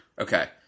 Okay